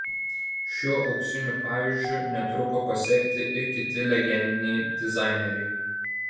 šiuo auksiniu pavyzdžiu netruko pasekti ir kiti legendiniai dizaineriai